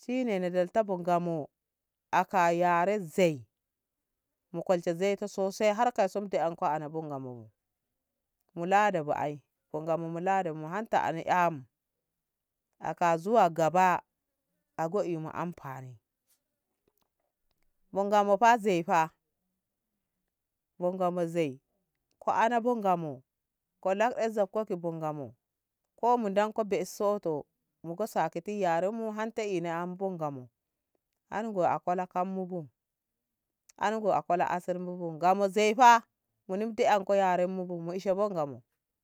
shine na dalta bo Ngamo aka yare zei mu kolshe zei so sai har kason de ana bo Ngamo bu mu ladabu ai bo Ngamo mu lada bu mu hanta mu'amu aka zuwa gaba a go emu amfani bo Ngamo fa zei bo Ngamo zei ko ana bo Ngamo ko lakɗe ze ko ki bo Ngamo kp mu nda ko be'e soto muko sakiti yarenmu menta ena bo Ngamo har ngo a kola kan mu bu an ngo a kola asir mu bu Ngamo zei fa munin de ako yaren mu bu mu eshe bo Ngamo.